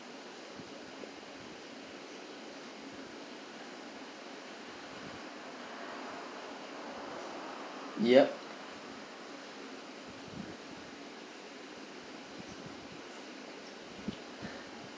ya